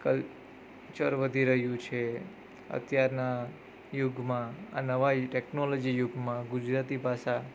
culture વધી રહ્યું છે અત્યારના યુગમાં આ નવા ટેકનોલોજી યુગમાં ગુજરાતી ભાષા